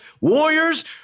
Warriors